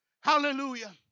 Hallelujah